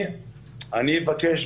אני אבקש,